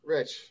Rich